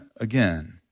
again